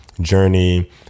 journey